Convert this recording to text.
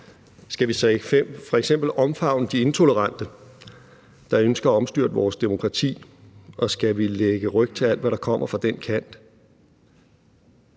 Skal vi f.eks. omfavne de intolerante, der ønsker at omstyrte vores demokrati, og skal vi lægge ryg til alt, hvad der kommer fra den kant?